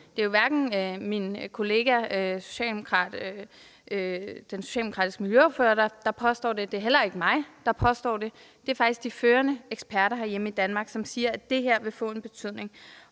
det er jo hverken min kollega, den socialdemokratiske miljøordfører, eller mig, der påstår det. Det er faktisk de førende eksperter herhjemme i Danmark, som siger, at det her vil få en betydning.